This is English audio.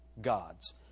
gods